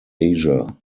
asia